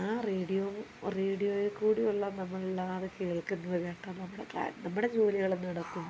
ആ റേഡിയോ റേഡിയോയിൽ കൂടിയുള്ള നമ്മൾ എല്ലാവരും കേൾക്കുന്നത് കേട്ട നമ്മളുടെ നമ്മുടെ ജോലികളും നടക്കും